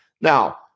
Now